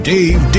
Dave